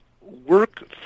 work